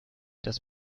das